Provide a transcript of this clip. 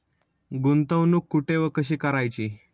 गुंतवणूक कुठे व कशी करायची?